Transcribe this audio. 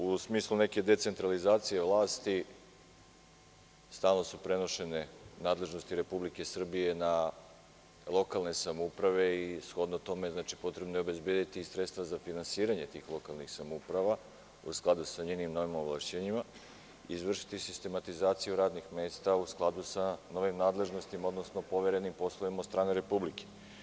U smislu neke decentralizacije vlasti stalno su prenošene nadležnosti Republike Srbije na lokalne samouprave i shodno tome potrebno je obezbediti sredstva za finansiranje tih lokalnih samouprava u skladu sa njenim ovlašćenjima izvršiti sistematizaciju radnih mesta u skladu sa novim nadležnostima, odnosno poverenim poslovima od strane Republike.